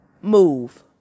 move